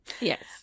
Yes